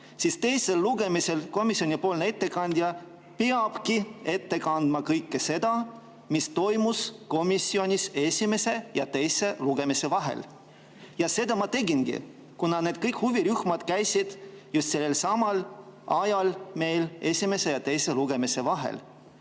teisel lugemisel komisjoni ettekandja peabki ette kandma kõike seda, mis toimus komisjonis esimese ja teise lugemise vahel. Ja seda ma tegingi. Kõik need huvirühmad käisid meil just sellelsamal ajal, esimese ja teise lugemise vahel.